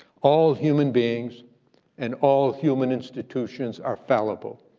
all human beings and all human institutions are fallible,